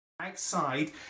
outside